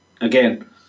again